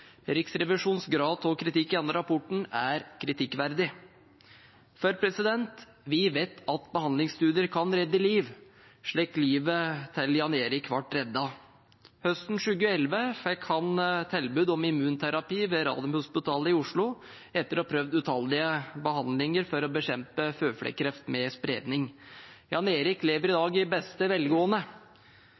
Riksrevisjonens grad av kritikk i denne rapporten er «kritikkverdig». For vi vet at behandlingsstudier kan redde liv, slik livet til Jan Erik ble reddet. Høsten 2011 fikk han tilbud om immunterapi ved Radiumhospitalet i Oslo etter å ha prøvd utallige behandlinger for å bekjempe føflekkreft med spredning. Jan Erik lever i dag i beste velgående.